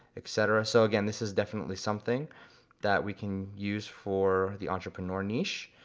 et cetera. so, again, this is definitely something that we can use for the entrepreneur niche.